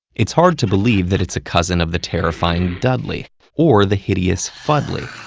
it's hard to believe that it's a cousin of the terrifying duddly or the hideous fuddly.